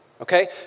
Okay